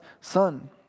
son